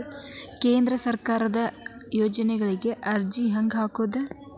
ಕೇಂದ್ರ ಸರ್ಕಾರದ ಯೋಜನೆಗಳಿಗೆ ಅರ್ಜಿ ಹೆಂಗೆ ಹಾಕೋದು?